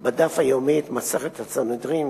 ב"דף היומי" את מסכת סנהדרין,